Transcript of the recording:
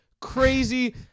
crazy